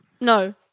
No